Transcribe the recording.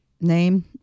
name